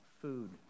food